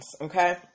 okay